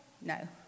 No